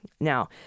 Now